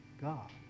God